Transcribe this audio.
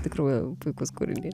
tikrųjų puikus kūrinys